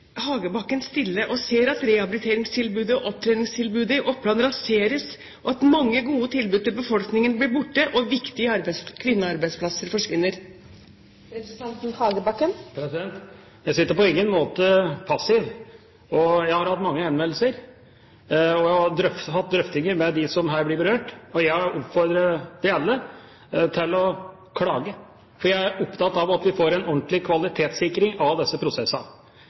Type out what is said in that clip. Hagebakken stille og ser på at rehabiliteringstilbudet og opptreningstilbudet i Oppland raseres, og at mange gode tilbud til befolkningen blir borte og viktige kvinnearbeidsplasser forsvinner? Jeg sitter på ingen måte passiv. Jeg har fått mange henvendelser og hatt drøftinger med dem som her blir berørt. Jeg oppfordrer alle til å klage, for jeg er opptatt av at vi får en ordentlig kvalitetssikring av disse prosessene,